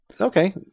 Okay